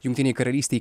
jungtinei karalystei